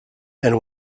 and